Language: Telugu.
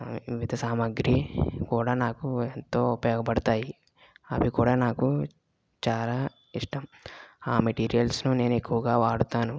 ఇమిత సామాగ్రి కూడా నాకు ఎంతో ఉపయోగపడతాయి అవి కూడా నాకు చాలా ఇష్టం ఆ మెటీరియల్స్ను నేను ఎక్కువగా వాడతాను